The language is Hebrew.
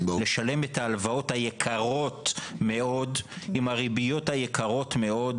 לשלם את ההלוואות היקרות מאוד עם הריביות היקרות מאוד,